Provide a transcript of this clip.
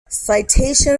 citation